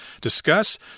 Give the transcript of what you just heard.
discuss